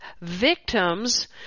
victims